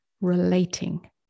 relating